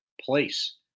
place